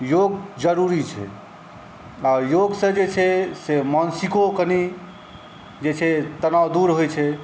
योग जरूरी छै आ योगसॅं जे छै से मानसिको कनी जे छै तनाव दूर होइ छै